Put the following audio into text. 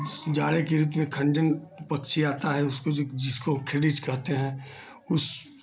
जाड़े के ऋतु में खन्जन पक्षी आता है उसको जिसको खिरीच कहते हैं उस